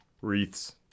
Wreaths